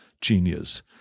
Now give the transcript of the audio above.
genius